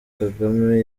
kagame